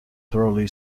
thoroughly